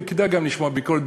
וכדאי גם לשמוע ביקורת,